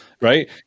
right